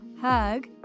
hug